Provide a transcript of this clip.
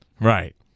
Right